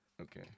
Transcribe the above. okay